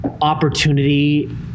opportunity